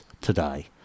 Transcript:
today